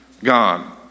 God